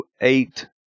eight